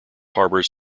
harbors